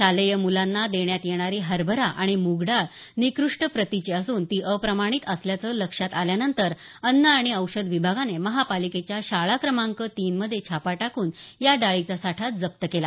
शालेय म्लांना देण्यात येणारी हरभरा आणि म्ग डाळ निकृष्ट प्रतीची असून ती अप्रमाणित असल्याचं लक्षात आल्यानंतर अन्न आणि औषध विभागाने महापालिकेच्या शाळा क्रमांक तीन मध्ये छापा टाकून या डाळीचा साठा जप्त केला